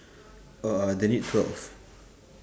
uh they need twelve